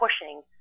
pushing